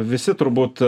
visi turbūt